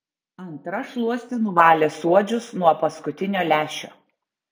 antra šluoste nuvalė suodžius nuo paskutinio lęšio